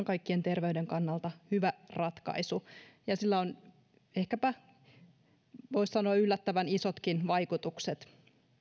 kaikkien terveyden kannalta hyvä ratkaisu sillä on ehkäpä voisi sanoa yllättävänkin isot vaikutukset